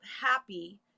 happy